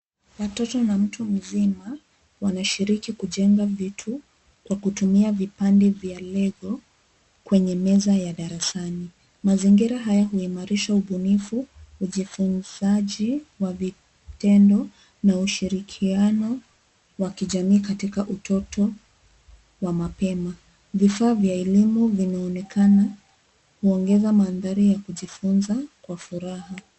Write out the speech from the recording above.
Watoto na mtu mzima, wanashiriki kujenga vitu kwa kutumia vipande vya Lego kwenye meza ya darasani. Mazingira haya huimarisha ubunifu, ujifunzaji wa vitendoo na ushirikiano wa kijamii katika utoto wa mapema.